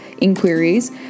inquiries